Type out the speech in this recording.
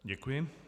Děkuji.